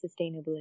sustainability